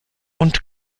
und